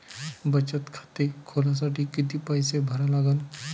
बचत खाते खोलासाठी किती पैसे भरा लागन?